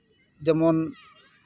ᱡᱮᱢᱚᱱ